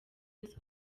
miss